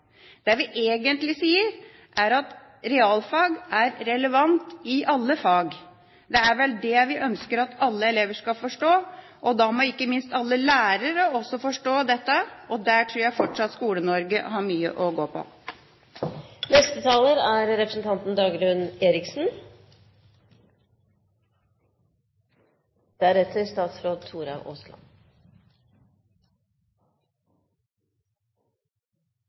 er relevant i alle fag. Det er vel det vi ønsker at alle elever skal forstå. Da må ikke minst alle lærere også forstå dette. Der tror jeg fortsatt Skole-Norge har mye å gå på. Kristelig Folkepartis mål for skolen er